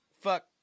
fuck